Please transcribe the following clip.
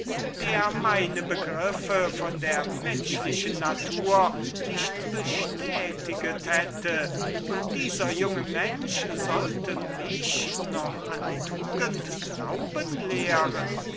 der meine begriffe von der menschlichen natur nicht bestätiget hätte und dieser junge mensch sollte mich noch an die tugend glauben lehren